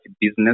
business